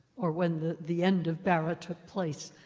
or when the the end of barat took place.